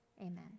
Amen